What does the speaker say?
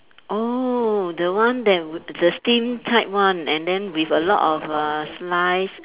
oh the one that w~ the steam type one and then with a lot of uh slice